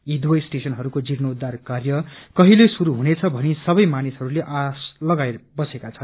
यी दुवै स्टेशनहरूको जीर्णोद्वार कार्य कहिले शुरू हुनेछ भनी सबै मानिसहरूले आश लगाई बसेका छन्